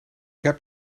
heb